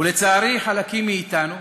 ולצערי, חלקים מאתנו,